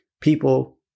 People